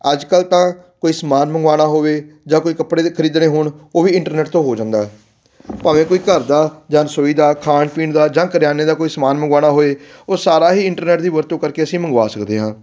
ਅੱਜ ਕੱਲ ਤਾਂ ਕੋਈ ਸਮਾਨ ਮੰਗਵਾਉਣਾ ਹੋਵੇ ਜਾਂ ਕੋਈ ਕੱਪੜੇ ਖਰੀਦਣੇ ਹੋਣ ਉਹ ਵੀ ਇੰਟਰਨੈਟ ਤੋਂ ਹੋ ਜਾਂਦਾ ਭਾਵੇਂ ਕੋਈ ਘਰ ਦਾ ਜਾਂ ਰਸੋਈ ਦਾ ਖਾਣ ਪੀਣ ਦਾ ਜਾਂ ਕਰਿਆਨੇ ਦਾ ਕੋਈ ਸਮਾਨ ਮੰਗਾਉਣਾ ਹੋਏ ਉਹ ਸਾਰਾ ਹੀ ਇੰਟਰਨੈਟ ਦੀ ਵਰਤੋਂ ਕਰਕੇ ਅਸੀਂ ਮੰਗਵਾ ਸਕਦੇ ਹਾਂ